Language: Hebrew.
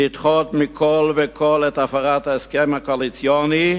לדחות מכול וכול את הפרת ההסכם הקואליציוני,